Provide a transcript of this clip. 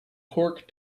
cork